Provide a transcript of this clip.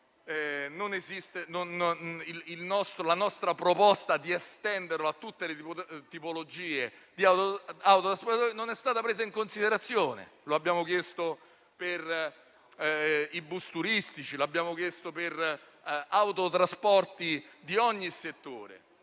la nostra proposta di estenderlo a tutte le tipologie di autotrasportatori non è stata presa in considerazione. Lo abbiamo chiesto per i bus turistici, l'abbiamo chiesto per gli autotrasporti di ogni settore,